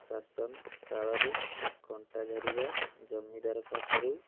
ଶାସନ କାଳରେ କଣ୍ଟାଝରିର ଜମିଦାରଙ୍କ ଠାରୁ